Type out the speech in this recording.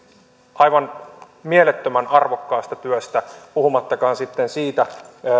aivan mielettömän arvokkaasta työstä puhumattakaan sitten siitä